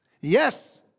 Yes